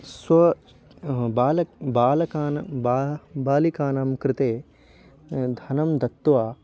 स्व बाला बालिकानां वा बालिकानां कृते धनं दत्त्वा